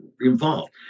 involved